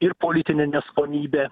ir politinė neskonybė